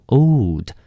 old